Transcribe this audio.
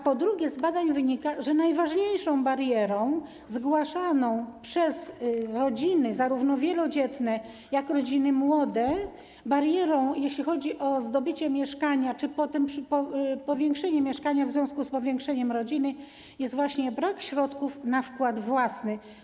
Po drugie, z badań wynika, że najważniejszą barierą zgłaszaną przez rodziny zarówno wielodzietne, jak i rodziny młode, barierą, jeśli chodzi o zdobycie mieszkania czy potem powiększenie mieszania w związku z powiększeniem rodziny, jest właśnie brak środków na wkład własny.